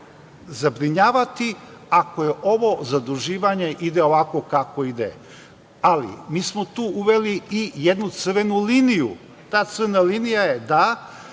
zabrinjavati ako ovo zaduživanje ide ovako kako ide. Mi smo tu uveli i jednu crvenu liniju. Ta crvena linija je da